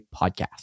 podcast